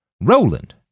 Roland